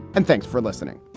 and thanks for listening